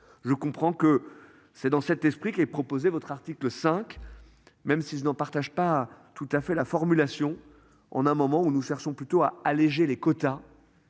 Je comprends que c'est dans cet esprit que les proposé votre article 5 même si je n'en partage pas tout à fait la formulation. On a un moment où nous cherchons plutôt à alléger les quotas.